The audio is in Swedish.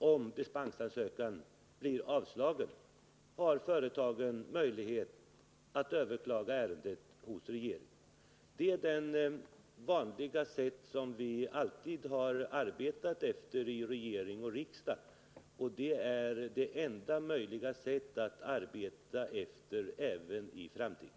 Om dispensansökan blir avslagen, har företagen möjlighet att överklaga ärendet hos regeringen. Det är det sätt som vi alltid har arbetat på i regering och riksdag, och det är det enda möjliga arbetssättet även i fortsättningen.